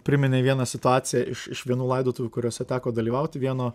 priminei vieną situaciją iš iš vienų laidotuvių kuriose teko dalyvaut vieno